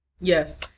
yes